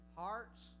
hearts